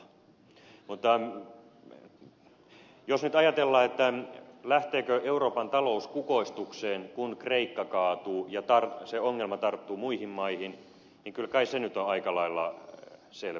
mutta jos nyt ajatellaan lähteekö euroopan talous kukoistukseen kun kreikka kaatuu ja se ongelma tarttuu muihin maihin niin kyllä kai se nyt on aika lailla selvä